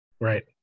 Right